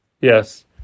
Yes